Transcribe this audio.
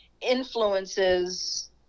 influences